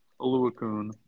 Aluakun